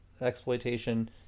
exploitation